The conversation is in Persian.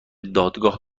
دادگاه